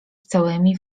całymi